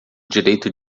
direito